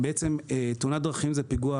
תאונת דרכים זה פיגוע